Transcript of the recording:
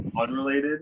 unrelated